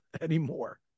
anymore